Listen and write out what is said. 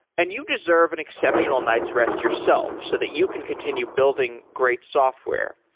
and you deserve an exceptional night's rest yourself so that you can continue building great software.